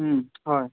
হয়